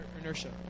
inertia